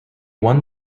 won